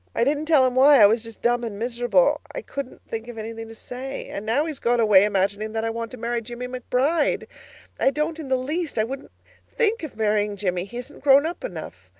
i didn't tell him why i was just dumb and miserable. i couldn't think of anything to say. and now he has gone away imagining that i want to marry jimmie mcbride i don't in the least, i wouldn't think of marrying jimmie he isn't grown up enough.